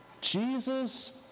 Jesus